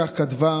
כך כתבה,